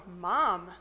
mom